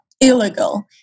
illegal